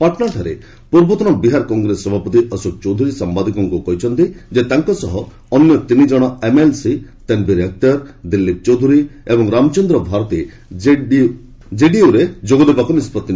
ପାଟଣାଠାରେ ପୂର୍ବତନ ବିହାର କଂଗ୍ରେସ ସଭାପତି ଅଶୋକ ଚୌଧୁରୀ ସାମ୍ବାଦିକଙ୍କୁ କହିଛନ୍ତି ଯେ ତାଙ୍କ ସହ ଅନ୍ୟ ତିନିଜଣ ଏମଏଲସି ତନଭିର ଅଖତର ଦିଲ୍ଲୀପ ଚୌଧୁରୀ ଏବଂ ରାମଚନ୍ଦ୍ର ଭାରତୀ ଜେଡ୍ୟୁରେ ଯୋଗଦେବାକୁ ନିଷ୍ପତ୍ତି